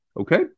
Okay